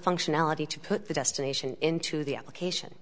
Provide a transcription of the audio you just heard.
functionality to put the destination into the application